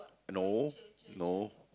no no